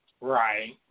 Right